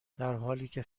درحالیکه